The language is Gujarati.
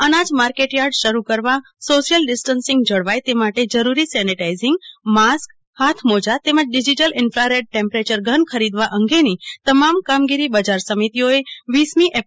અનાજ માર્કેટયાર્ડ શરૂ કરવા અને સોશિયલ ડિસ્ટન્સિંગ જળવાય તે માટેની જરૂરી સેનિટાઈઝીંગ માસ્ક ગ્લોવઝ તેમજ ડિજિટલ ઈન્ફારેડ ટેપ્રેચર ગન ખરીદવા અંગેની તમામ કામગીરી બજાર સમિતિઓએ તા